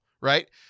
Right